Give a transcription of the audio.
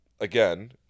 again